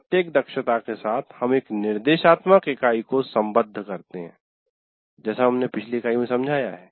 प्रत्येक दक्षता के साथ हम एक निर्देशात्मक इकाई को सम्बद्ध करते हैं जैसा हमने पिछली इकाई में समझाया है